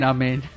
Amen